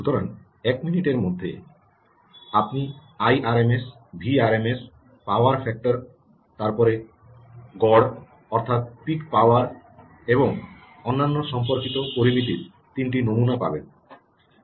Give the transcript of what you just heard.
সুতরাং 1 মিনিটের মধ্যে আপনি আইআরএমএস ভিআরএমএস পাওয়ার ফ্যাক্টরের তারপরে গড় অর্থাৎ পিক পাওয়ার এবং অন্যান্য সম্পর্কিত পরামিতির 3 টি নমুনা পাবেন